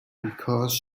because